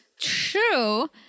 True